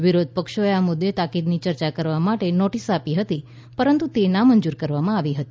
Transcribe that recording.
વિરોધ પક્ષોએ આ મુદ્દે તાકીદની ચર્ચા કરવા માટે નોટિસ આપી હતી પરંતુ તે નામંજૂર કરવામાં આવી હતી